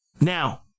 now